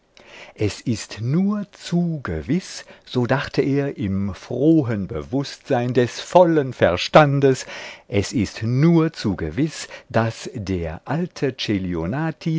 es ist nur zu gewiß so dachte er im frohen bewußtsein des vollen verstandes es ist nur zu gewiß daß der alte